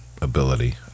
ability